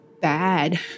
bad